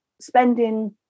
spending